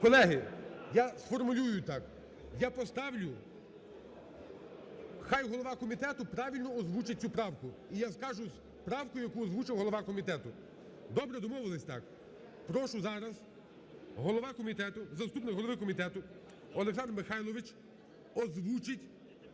Колеги, я сформулюю так, я поставлю… Хай голова комітету правильно озвучить цю правку, і я скажу правку, яку озвучив голова комітету. Добре, домовились так? Прошу зараз голова комітету, заступник голови комітету Олександр Михайлович озвучить